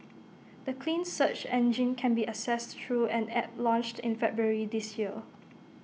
the clean search engine can be accessed through an app launched in February this year